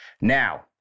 Now